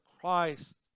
Christ